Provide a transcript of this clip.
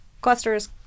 clusters